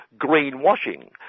greenwashing